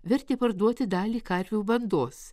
vertė parduoti dalį karvių bandos